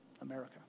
America